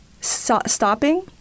stopping